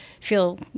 feel